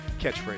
catchphrase